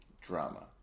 drama